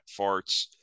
farts